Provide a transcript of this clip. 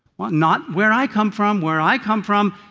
not where i come from. where i come from,